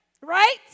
right